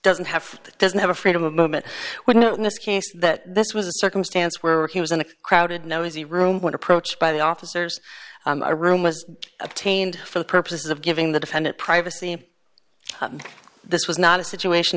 doesn't have doesn't have a freedom of movement wouldn't in this case that this was a circumstance where he was in a crowded noisy room when approached by the officers a room was obtained for the purposes of giving the defendant privacy this was not a situation